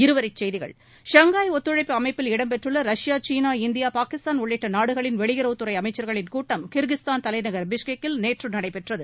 இருவரிச்செய்திகள் ஷாங்காய் ஒத்துழைப்பு அமைப்பில் இடம் பெற்றுள்ள ரஷ்யா சீனா இந்தியா பாகிஸ்தான் உள்ளிட்ட நாடுகளின் வெளியுறவுத்துறை அமைச்சர்களின் கூட்டம் கிர்கிஸ்தான் தலைநகர் பிஷ்கேக்கில் நேற்று நடைபெற்றது